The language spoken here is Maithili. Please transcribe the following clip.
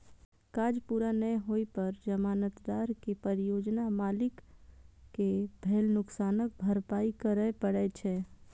काज पूरा नै होइ पर जमानतदार कें परियोजना मालिक कें भेल नुकसानक भरपाइ करय पड़ै छै